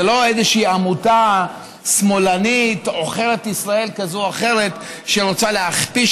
לא איזושהי עמותה שמאלנית עוכרת ישראל כזאת או אחרת שרוצה להכפיש,